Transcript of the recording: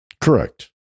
Correct